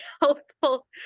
helpful